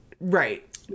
Right